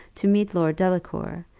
to meet lord delacour,